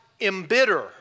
embitter